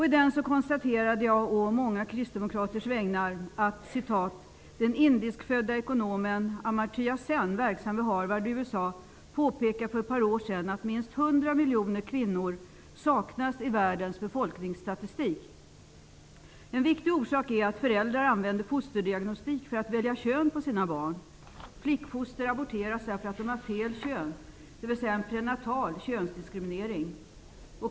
I den konstaterade jag å många kristdemokraters vägnar följande: ''Den indiskfödda ekonomen Amartya Sen, verksam vid Harvard i USA, påpekade för ett par år sedan att minst 100 miljoner kvinnor saknas i världens befolkningsstatistik. En viktig orsak är att föräldrar använder fosterdiagnostik för att välja kön på sina barn. Flickfoster aborteras därför att de har ''fel' kön -- dvs. en prenatal könsdiskriminering.